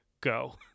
go